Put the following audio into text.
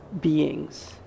beings